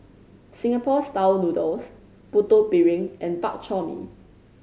Singapore Style Noodles Putu Piring and Bak Chor Mee